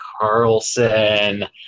Carlson